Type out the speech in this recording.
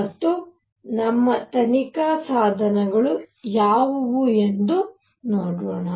ಮತ್ತು ನಮ್ಮ ತನಿಖಾ ಸಾಧನಗಳು ಯಾವುವು ಎಂದು ನೋಡೋಣ